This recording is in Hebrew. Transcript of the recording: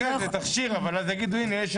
אלה היו ההערות הכלליות.